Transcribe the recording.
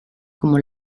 como